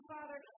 Father